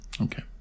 okay